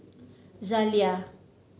zalia